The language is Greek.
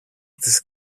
της